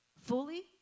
fully